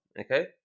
okay